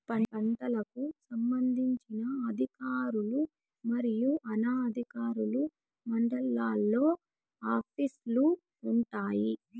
పంటలకు సంబంధించిన అధికారులు మరియు అనధికారులు మండలాల్లో ఆఫీస్ లు వుంటాయి?